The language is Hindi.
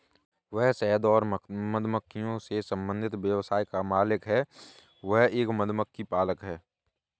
वह शहद और मधुमक्खियों से संबंधित व्यवसाय का मालिक है, वह एक मधुमक्खी पालक है